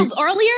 earlier